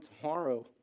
tomorrow